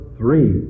three